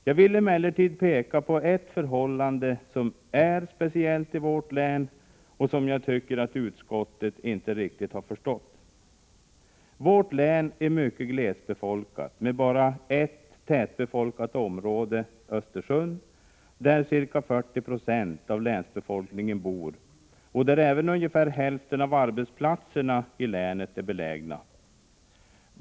Jag vill emellertid peka på ett förhållande som är verkligt speciellt i vårt län och som jag tycker att utskottsmajoriteten inte riktigt har förstått. Vårt län är mycket glesbefolkat, med bara ett tätbefolkat område — Östersund — där ca 40 20 av länsbefolkningen bor och där även ungefär hälften av arbetsplatserna i länet är belägna.